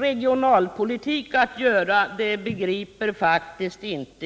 regionalpolitik att göra begriper jag faktiskt inte.